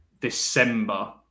December